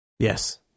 Yes